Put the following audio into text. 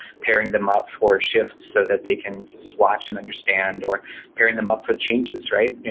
pairing them up for shifts so that they can just watch and understand or pairing them up for the changes, right? yeah